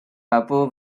babu